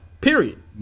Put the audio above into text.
Period